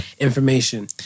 information